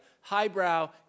highbrow